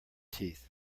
teeth